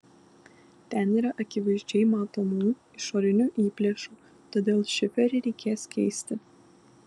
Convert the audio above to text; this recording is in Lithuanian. ten yra akivaizdžiai matomų išorinių įplėšų todėl šiferį reikės keisti